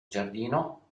giardino